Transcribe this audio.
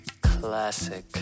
classic